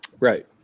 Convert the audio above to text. Right